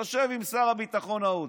יושב עם שר הביטחון ההודי,